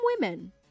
women